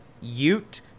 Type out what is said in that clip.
Ute